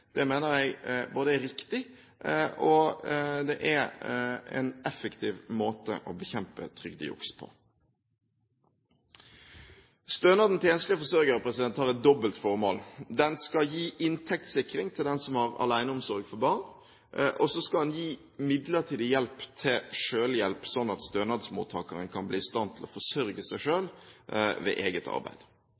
Det mener jeg er riktig, og det er en effektiv måte å bekjempe trygdejuks på. Stønaden til enslige forsørgere har et dobbelt formål. Den skal gi inntektssikring til den som har aleneomsorg for barn, og så skal den gi midlertidig hjelp til selvhjelp, slik at stønadsmottakeren kan bli i stand til å forsørge seg selv ved eget arbeid.